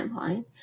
timeline